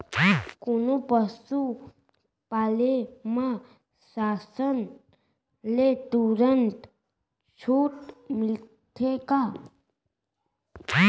कोनो पसु पाले म शासन ले तुरंत छूट मिलथे का?